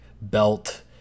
belt